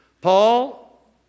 Paul